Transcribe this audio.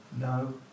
no